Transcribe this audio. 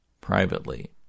privately